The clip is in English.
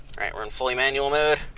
alright, we're in fully manual mode.